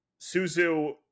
Suzu